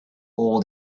all